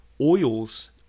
oils